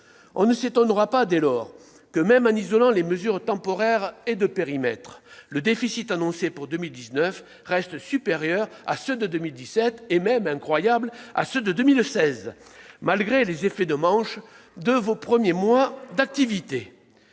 On ne s'étonnera pas, dès lors, que, même en isolant les mesures temporaires et de périmètre, le déficit annoncé pour 2019 reste supérieur à ceux de 2017 et- incroyable -de 2016, et ce, monsieur le secrétaire d'État, malgré les effets de manche de vos premiers mois d'activité.